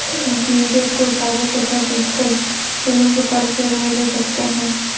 जीरे को साबुत तथा पीसकर दोनों प्रकार उपयोग मे ले सकते हैं